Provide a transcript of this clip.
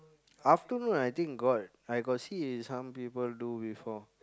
afternoon I think got I got see some people do before